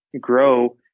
grow